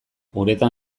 uretan